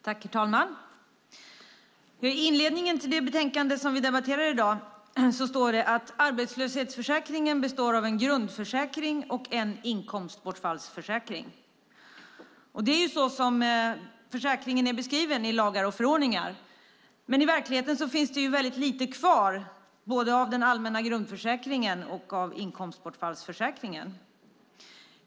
Herr talman! I inledningen till det betänkande som vi debatterar i dag står det att arbetslöshetsförsäkringen består av en grundförsäkring och en inkomstbortfallsförsäkring. Det är så som försäkringen är beskriven i lagar och förordningar, men i verkligheten finns det väldigt lite kvar både av den allmänna grundförsäkringen och av inkomstbortfallsförsäkringen.